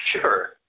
Sure